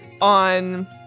on